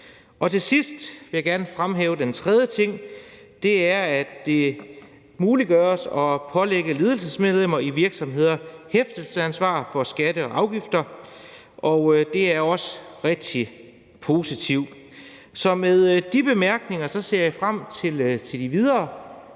Til sidst vil jeg gerne fremhæve den tredje ting, og det er, at det gøres muligt at pålægge ledelsesmedlemmer i virksomheder hæftelsesansvar for skatter og afgifter; det er også rigtig positivt. Så med de bemærkninger ser jeg frem til de videre